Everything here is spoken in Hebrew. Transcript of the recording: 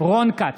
רון כץ,